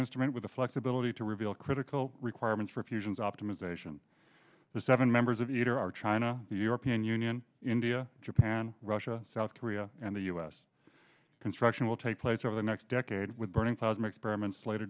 instrument with the flexibility to reveal critical requirements for fusions optimization the seven members of eater are china the european union india japan russia south korea and the u s construction will take place over the next decade with burning thousand experiments slate